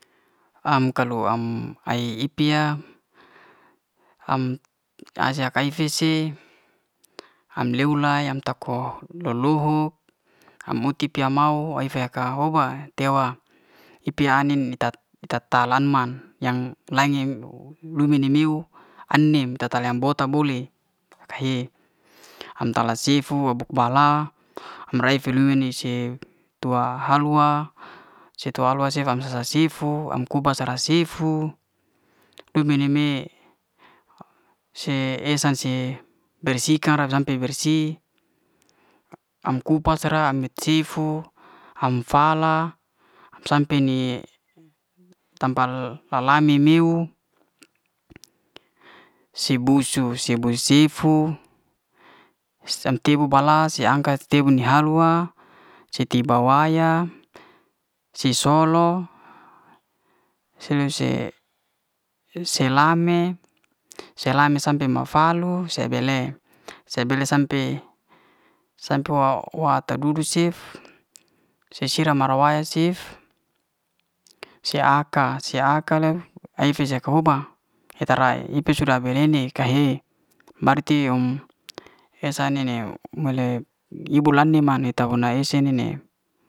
Am'kalu am ai ipi'ya, am kai'fi si am leuwla am'tako do lu'hu am'uti tia mahu ai'feaka hoba te'wa ipi'ai'nin ita- ta- talan'man yang lain lunu'ni miuw an'nim ta ta'lam bouta boleh wa ka he am'tala sifu abu'bala am'rai fil'luni se tua halwa, se tua halwa se sam'sa- sa'sifu am kuba sa'ra siifu tu bu'lime se esan se bre'sika ra sampe bersih am kupas'ra am bi'sifu am'fala am sampe ni tampal la la mi'miu. si'busu sibu'sifu sam'tebu balas ni angka tebu ni hal'wa set'ti ba'wa ya, si'solo terus se la'me sampe ma'falu se'be le se'be le sampe sampe wa'tadudu cef si siram mara'waya cef, se'aka. se'aka aifes le'koba et'tala itu sudah be'le ne ka'he barti'um esa ne'ne, ibu la'ne man tau lane'man ta'bua na es'se ne'ne.